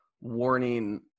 warning